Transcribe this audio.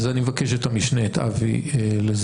אז אני מבקש לזמן את המשנה, את אבי, לכאן.